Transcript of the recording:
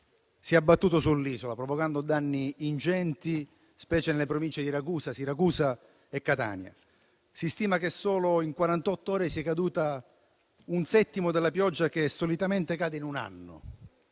si è abbattuto sull'isola, provocando danni ingenti, specie nelle province di Ragusa, Siracusa e Catania. Si stima che solo in quarantotto ore sia caduta un settimo della pioggia che solitamente cade in un anno.